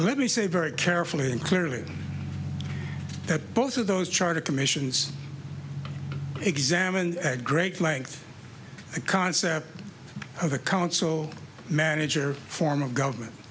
let me say very carefully and clearly that both of those charter commissions examined at great length the concept of a council manager form of government